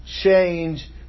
change